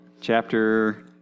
Chapter